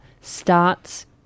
starts